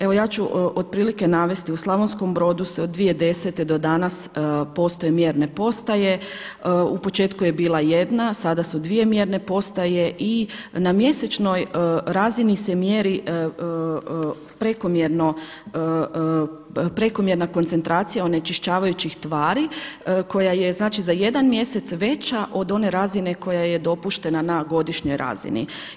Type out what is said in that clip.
Evo ja ću otprilike navesti, u Slavonskom Brodu se od 2010. do danas postoje mjerne postoje, u početku je bila jedna, sada su dvije mjerne postoje i na mjesečnoj razini se mjeri prekomjerna koncentracija onečišćavajućih tvari koja je za jedan mjesec veća od one razine koja je dopuštena na godišnjoj razini.